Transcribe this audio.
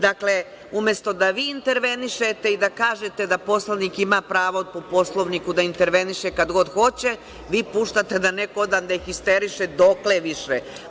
Dakle, umesto da vi intervenišete i da kažete da poslanik ima pravo po Poslovniku da interveniše kad god hoće, vi puštate da neko odande histeriše – dokle više.